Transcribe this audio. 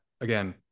again